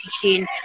teaching